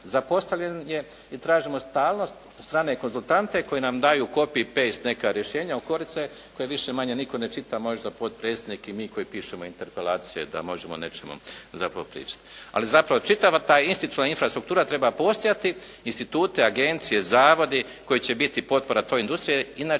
Zapostavljen je i tražimo stalnost strane konzultante koji nam da daju copy paste neka rješenja u korice, koje više-manje nitko ne čita, možda potpredsjednik i mi koji pišemo interpelacije da možemo o nečemu pričati. Ali zapravo čitava ta institucionalna infrastruktura treba postojati, instituti, agencije, zavodi koji će biti potpora toj industriji inače